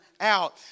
out